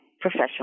professional